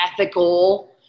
ethical